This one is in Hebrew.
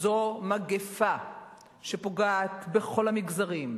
זאת מגפה שפוגעת בכל המגזרים,